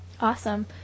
Awesome